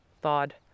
thawed